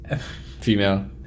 female